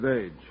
age